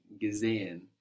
gesehen